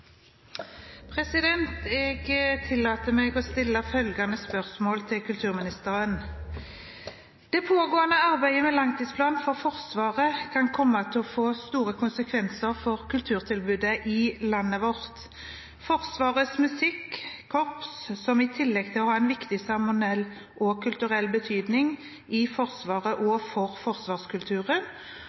kulturministeren: «Det pågående arbeidet med langtidsplan for Forsvaret kan komme til å få store konsekvenser for kulturtilbudet i landet vårt. Forsvarets musikkorps, som i tillegg til å ha en viktig seremoniell og kulturell betydning i Forsvaret og for forsvarskulturen